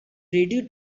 ready